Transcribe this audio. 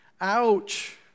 Ouch